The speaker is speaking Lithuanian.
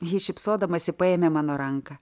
ji šypsodamasi paėmė mano ranką